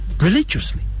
religiously